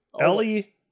Ellie